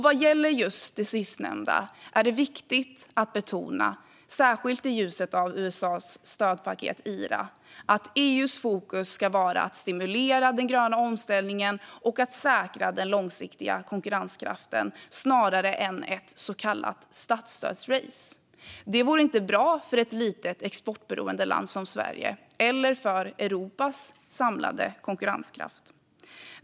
Vad gäller den gröna omställningen är det viktigt att betona, särskilt i ljuset av USA:s stödpaket IRA, att EU:s fokus ska vara att stimulera den gröna omställningen och säkra den långsiktiga konkurrenskraften snarare än att bedriva ett så kallat statsstödsrace. Det vore inte bra för ett litet, exportberoende land som Sverige eller för Europas samlade konkurrenskraft.